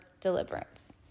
deliverance